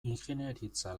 ingeniaritza